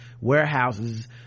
warehouses